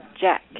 Jack